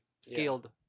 scaled